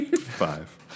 Five